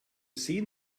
sehen